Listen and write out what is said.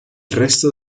resto